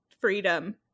freedom